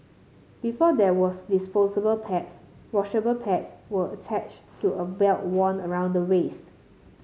before there was disposable pads washable pads were attached to a belt worn around the waist